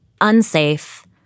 unsafe